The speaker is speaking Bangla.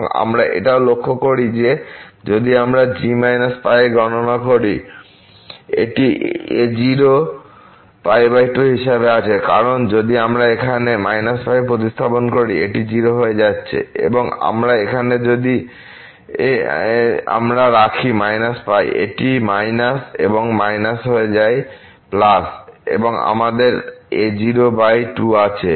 এবং আমরা এটাও লক্ষ্য করি যে যদি আমরা g −π এ গণনা করি এটি a0 π 2 হিসাবে আসছে কারণ যদি আমরা এখানে π প্রতিস্থাপন করি এটি 0 হয়ে যাচ্ছে এবং আবার এখান থেকে যদি আমরা রাখি π এটি এবং হয়ে যায় এবং আমাদের এa0 π2 আছে